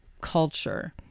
culture